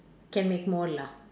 can make more lah